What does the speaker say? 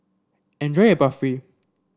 enjoy your Barfi